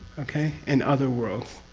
okay? in other worlds.